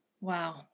Wow